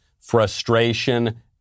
frustration